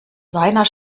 seiner